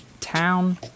town